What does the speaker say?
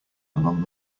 along